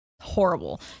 Horrible